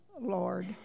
Lord